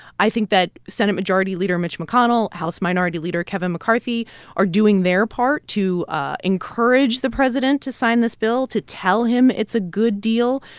i think that senate majority leader mitch mcconnell, house minority leader kevin mccarthy are doing their part to ah encourage the president to sign this bill, to tell him it's a good deal,